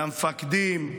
למפקדים,